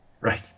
Right